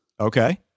okay